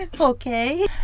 Okay